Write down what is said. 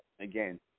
again